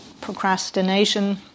procrastination